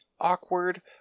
awkward